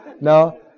no